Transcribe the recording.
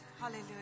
hallelujah